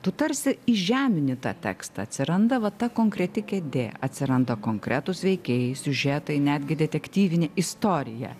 tu tarsi įžemini tą tekstą atsiranda va ta konkreti kėdė atsiranda konkretūs veikėjai siužetai netgi detektyvinė istorija